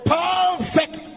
perfect